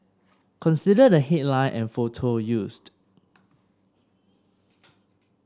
consider the headline and photo used